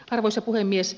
arvoisa puhemies